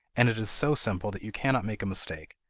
and it is so simple that you cannot make a mistake.